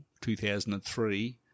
2003